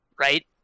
right